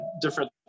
different